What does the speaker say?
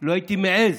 לא הייתי מעז,